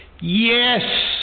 yes